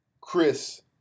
Chris